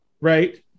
right